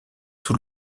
sous